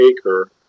acre